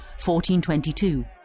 1422